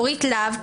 אורית להב,